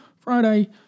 Friday